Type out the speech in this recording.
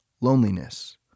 loneliness